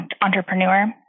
entrepreneur